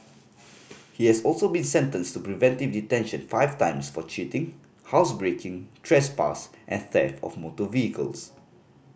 he has also been sentenced to preventive detention five times for cheating housebreaking trespass and theft of motor vehicles